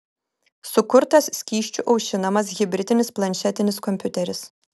sukurtas skysčiu aušinamas hibridinis planšetinis kompiuteris